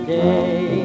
day